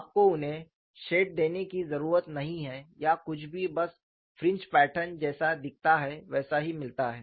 आपको उन्हें शेड देने की ज़रूरत नहीं है या कुछ भी बस फ्रिंज पैटर्न जैसा दिखता है वैसा ही मिलता है